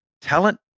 talent